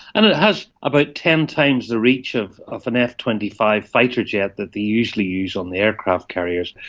and it has about ten times the reach of of an f twenty five fighter jet that they usually use on the aircraft carriers.